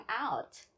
out